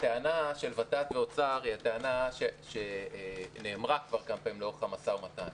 הטענה של ות"ת והאוצר היא טענה שנאמרה כבר כמה פעמים לאורך המשא-ומתן,